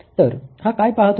तर हा काय पाहत होता